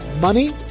money